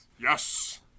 Yes